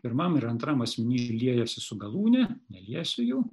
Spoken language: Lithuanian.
pirmam ir antram asmeny liejasi su galūne neliesiu jų